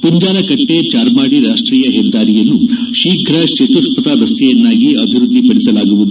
ಪುಂಜಾಲಕಟ್ಟೆ ಚಾರ್ಮಾಡಿ ರಾಷ್ಟೀಯ ಹೆದ್ದಾರಿಯನ್ನು ಶೀಘ ಚತುಷ್ಪಥ ರಸ್ತೆಯನ್ನಾಗಿ ಅಭಿವೃದ್ಧಿ ಪಡಿಸಲಾಗುವುದು